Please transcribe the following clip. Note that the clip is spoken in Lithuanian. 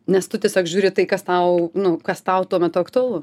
nes tu tiesiog žiūri tai kas tau nu kas tau tuo metu aktualu